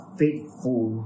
faithful